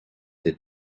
the